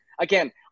again